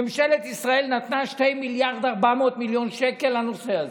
ממשלת ישראל נתנה 2.4 מיליארד שקל לנושא הזה.